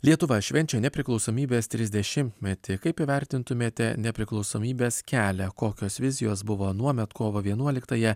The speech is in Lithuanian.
lietuva švenčia nepriklausomybės trisdešimtmetį kaip įvertintumėte nepriklausomybės kelią kokios vizijos buvo anuomet kovo vienuoliktąją